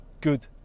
good